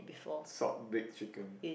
salt baked chicken